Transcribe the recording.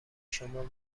شما